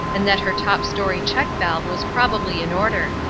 and that her top story check valve was probably in order.